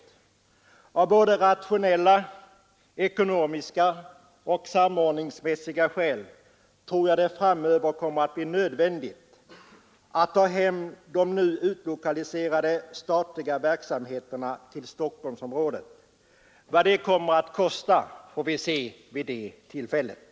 Jag tror att det av rationella, ekonomiska och samordningsmässiga skäl framöver kommer att bli nödvändigt att ta hem de nu utlokaliserade statliga verksamheterna till Stockholmsområdet. Vad det kommer att kosta får vi se vid det tillfället.